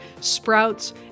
Sprouts